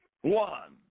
one